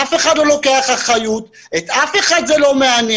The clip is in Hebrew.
אף אחד לא לוקח אחריות, את אף אחד זה לא מעניין.